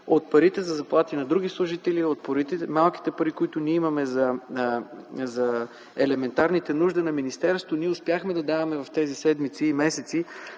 от парите за заплати на други служители, от малкото пари, които имаме за елементарните нужди на министерството, ние успяхме да даваме в тези седмици и месеци,